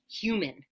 human